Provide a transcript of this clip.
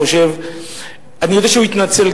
אני יודע שהוא התנצל,